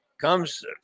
comes